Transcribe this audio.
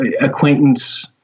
acquaintance